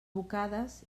bocades